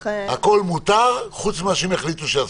הכל מותר, חוץ מה שהם החליטו שאסור.